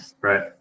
Right